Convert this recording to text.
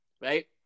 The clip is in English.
Right